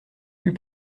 plus